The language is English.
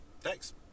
thanks